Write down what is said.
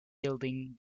building